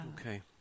Okay